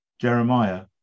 Jeremiah